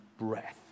breath